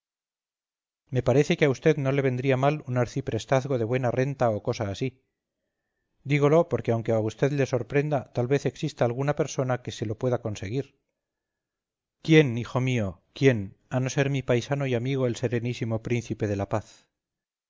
me parece que a vd no le vendría mal un arciprestazgo de buena renta o cosa así dígolo porque aunque a vd le sorprenda tal vez exista alguna persona que se lo pueda conseguir quién hijo mío quién a no ser mi paisano y amigo el serenísimo príncipe de la paz